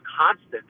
constant